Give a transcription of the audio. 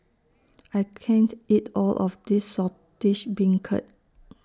I can't eat All of This Saltish Beancurd